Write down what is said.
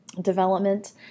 development